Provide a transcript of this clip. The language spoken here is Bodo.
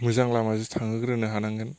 मोजां लामाजों थांहोग्रोनो हानांगोन